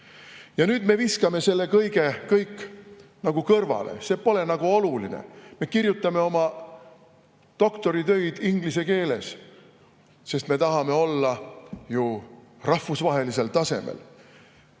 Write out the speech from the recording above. nüüd me viskame selle kõige nagu kõrvale, see pole nagu oluline. Me kirjutame oma doktoritöid inglise keeles, sest me tahame olla ju rahvusvahelisel tasemel.